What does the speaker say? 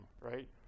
right